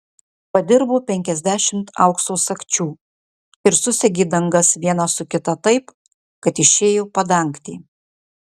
padirbo penkiasdešimt aukso sagčių ir susegė dangas vieną su kita taip kad išėjo padangtė